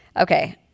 okay